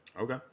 Okay